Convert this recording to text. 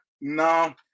no